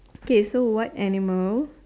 K so what animal